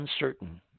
uncertain